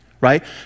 right